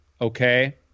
Okay